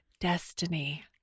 Destiny